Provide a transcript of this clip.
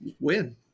win